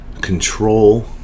control